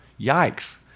Yikes